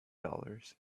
dollars